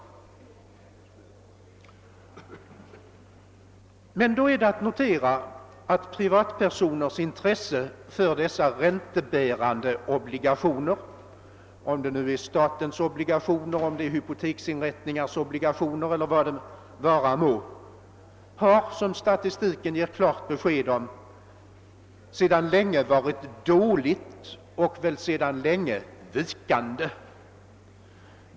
Men då är det att notera att privatpersoners intresse för dessa räntebärande obligationer — om det nu är statens eller hypoteksinrättningars obligationer eller vad det vara må — sedan länge har varit dåligt och vikande, vilket statistiken ger klart besked om.